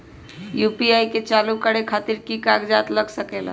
UPI के चालु करे खातीर कि की कागज़ात लग सकेला?